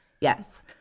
yes